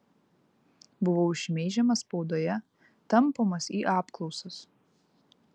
buvau šmeižiamas spaudoje tampomas į apklausas